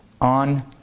on